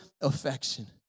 affection